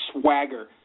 swagger